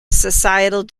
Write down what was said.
societal